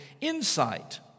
insight